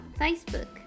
Facebook